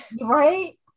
Right